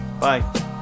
Bye